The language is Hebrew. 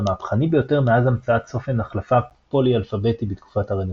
המהפכני ביותר מאז המצאת צופן החלפה פולי-אלפביתי בתקופת הרנסאנס.